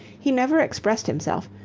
he never expressed himself,